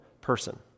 person